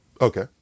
Okay